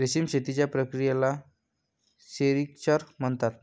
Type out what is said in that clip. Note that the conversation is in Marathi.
रेशीम शेतीच्या प्रक्रियेला सेरिक्चर म्हणतात